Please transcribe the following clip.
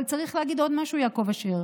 אבל צריך להגיד עוד משהו, יעקב אשר: